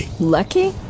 Lucky